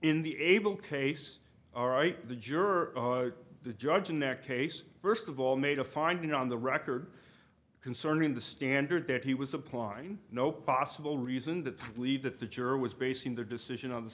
in the able case all right the juror the judge in that case first of all made a finding on the record concerning the standard that he was applying no possible reason to believe that the juror was basing the decision of the